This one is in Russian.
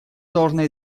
должна